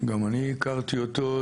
גם אני הכרתי אותו,